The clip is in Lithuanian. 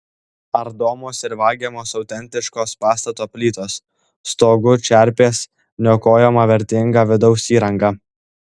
ardomos ir vagiamos autentiškos pastato plytos stogų čerpės niokojama vertinga vidaus įranga